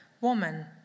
woman